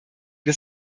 des